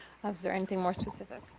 is there anything more specific?